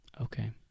Okay